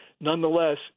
nonetheless